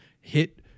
hit